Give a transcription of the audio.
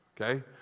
okay